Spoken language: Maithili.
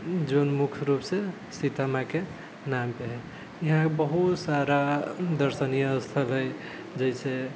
जौन मुख्य रुपसँ सीता मायके नामपे है यहाँ बहुत सारा दर्शनीय स्थल है जाहिसे